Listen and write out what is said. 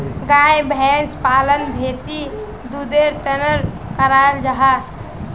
गाय भैंस पालन बेसी दुधेर तंर कराल जाहा